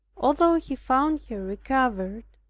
although he found her recovered,